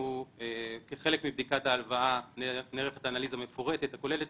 כחלק מבדיקת ההלוואה נערכת אנליזה מפורטת הכוללת